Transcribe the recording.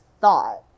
thought